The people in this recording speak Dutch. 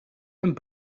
een